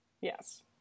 yes